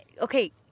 okay